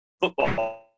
football